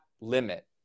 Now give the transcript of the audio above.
limit